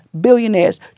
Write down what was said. billionaires